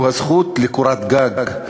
והוא הזכות לקורת גג,